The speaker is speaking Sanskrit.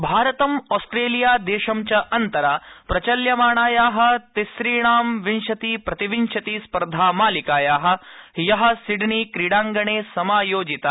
क्रिकेट भारतम् ऑस्ट्रेलिया देशं च अन्तरा प्रचाल्यमाणाया तिसुणां विंशति प्रतिविंशति स्पर्धामालिकाया ह्य सिडनी क्रीडांगणे समायोजिता